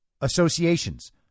associations